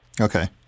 okay